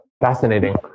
fascinating